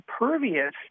impervious